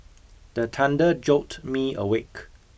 the thunder jolt me awake